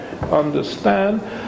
understand